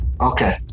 Okay